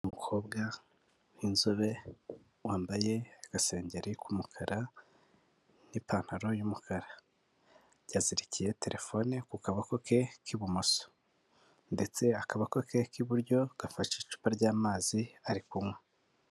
Umukobwa w'inzobe wambaye agasengeri k'umukara n'ipantaro y'umukara, yazirikiye telefone ku kaboko ke k'ibumoso ndetse akaboko ke k'iburyo gafashe icupa ry'amazi ari kunywa.